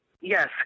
Yes